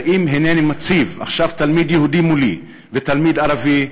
אם הנני מציב עכשיו מולי תלמיד יהודי ותלמיד ערבי,